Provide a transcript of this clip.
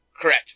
Correct